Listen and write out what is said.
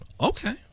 Okay